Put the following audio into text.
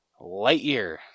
Lightyear